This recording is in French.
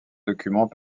document